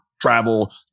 travel